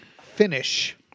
Finish